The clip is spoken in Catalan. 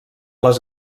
les